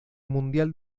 mundial